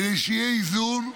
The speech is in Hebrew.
כדי שיהיה איזון,